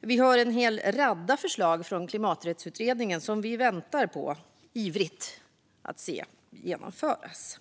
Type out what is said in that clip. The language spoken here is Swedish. Vi väntar också ivrigt på att se en hel radda förslag från Klimaträttsutredningen genomföras.